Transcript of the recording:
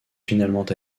finalement